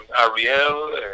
Ariel